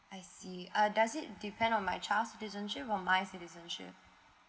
I see uh does it depend on my child's citizenship or my citizenship